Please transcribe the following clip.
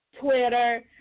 Twitter